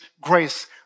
grace